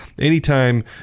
anytime